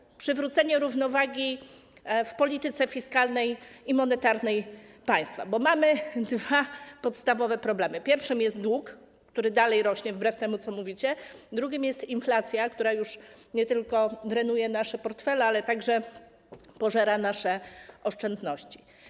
Jest to przywrócenie równowagi w polityce fiskalnej i monetarnej państwa, bo mamy dwa podstawowe problemy: pierwszym jest dług, który dalej rośnie wbrew temu, co mówicie, drugim jest inflacja, która już nie tylko drenuje nasze portfele, ale także pożera nasze oszczędności.